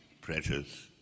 pressures